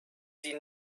sie